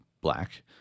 black